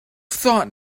thought